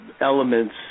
elements